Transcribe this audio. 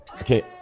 okay